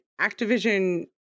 activision